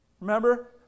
Remember